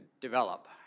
develop